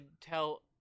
tell